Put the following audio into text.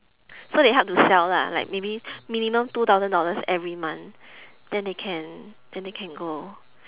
so they help to sell lah like maybe minimum two thousand dollars every month then they can then they can go